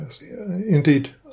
indeed